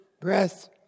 breath